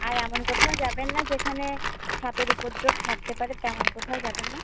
আর এমন কোথাও যাবেন না যেখানে সাপের উপদ্রব থাকতে পারে তেমন কোথাও যাবেন না